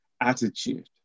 attitude